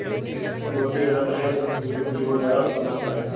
मोती एक रत्न है जो जीवित जीवों द्वारा उत्पन्न होता है